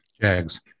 Jags